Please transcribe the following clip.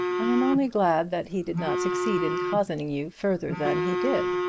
i am only glad that he did not succeed in cozening you further than he did.